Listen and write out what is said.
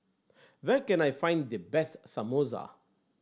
where can I find the best Samosa